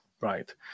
right